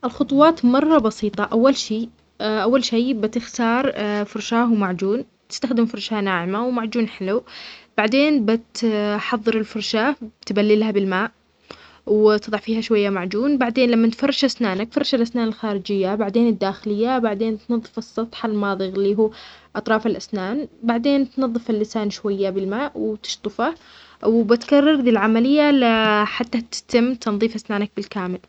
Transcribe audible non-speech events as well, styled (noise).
الخطوات مرة بسيطة، أول شي، (hesitation) أول شيء بتختار (hesitation) فرشاة ومعجون تستخدم فرشاة ناعمة ومعجون حلو، بعدين بتحضر الفرشاة تبللها بالماء وتضع فيها شوية معجون، بعدين لما نفرش أسنانك فرش الأسنان الخارجية بعدين الداخلية بعدين تنظف السطح الماضغ إللي هو أطراف الأسنان، بعدين تنظف اللسان شوية بالماء وتشطفه. وبتكرر بالعملية لحتى تتم تنظيف أسنانك بالكامل.